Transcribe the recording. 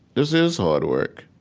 this is hard work,